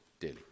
daily